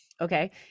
okay